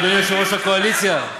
אדוני יושב-ראש הקואליציה,